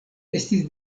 estis